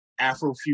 Afrofuturism